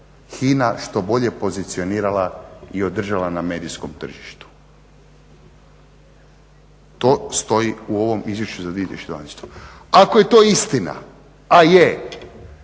HINA što bolje pozicionirala i održala na medijskom tržištu. To stoji u ovom Izvješću za 2012. Ako je to istina, a je